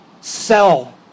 sell